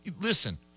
Listen